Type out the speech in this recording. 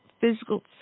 physical